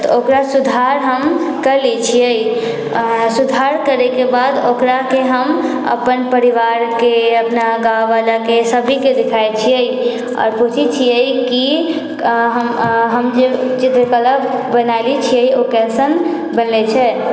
तऽ ओकरा सुधार हम करि लै छियै सुधार करैके बाद ओकराके हम अपन परिवारके अपना गाँव वालाके सभके देखाबै छियै आओर पूछै छियै कि हम जे चित्रकला बनौने छियै ओ केहन बनल छै